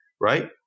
right